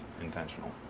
intentional